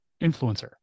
influencer